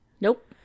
nope